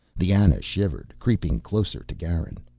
the ana shivered, creeping closer to garin.